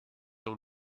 own